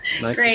Great